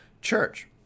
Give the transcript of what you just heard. church